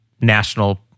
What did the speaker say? national